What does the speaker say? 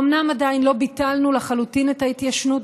אומנם עדיין לא ביטלנו לחלוטין את ההתיישנות,